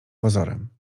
pozorem